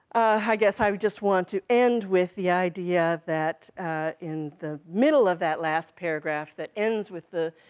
i guess i just want to end with the idea that in the middle of that last paragraph that ends with the